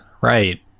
right